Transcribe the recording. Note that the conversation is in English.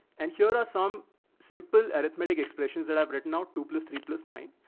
and here are some simple arithmetic expressions that i've written out two plus three plus nine,